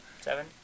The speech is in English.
Seven